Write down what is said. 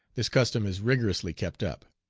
this custom is rigorously kept up.